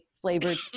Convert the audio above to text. flavored